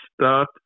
start